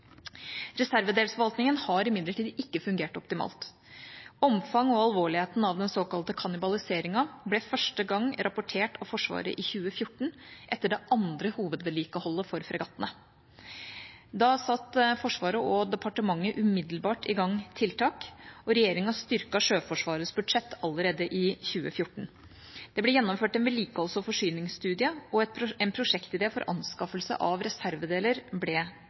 Reservedelsforvaltningen har imidlertid ikke fungert optimalt. Omfang og alvorligheten av den såkalte kannibaliseringen ble første gang rapportert av Forsvaret i 2014, etter det andre hovedvedlikeholdet for fregattene. Da satte Forsvaret og departementet umiddelbart i gang tiltak. Regjeringa styrket Sjøforsvarets budsjett allerede i 2014. Det ble gjennomført en vedlikeholds- og forsyningsstudie, og en prosjektidé for anskaffelse av reservedeler ble